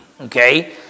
okay